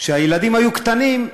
כשהילדים היו קטנים,